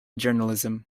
journalism